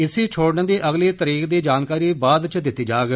इस्सी छोडने दी अगली तरीक दी जानकारी बाद इच दिती जाग